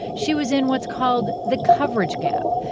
she was in what's called the coverage gap,